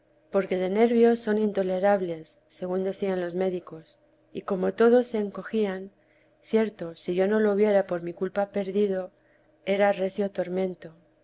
porque de nervios son intolerables según decían los médicos y como todos se encogían cierto si yo no lo hubiera por mi culpa perdido era recio tormento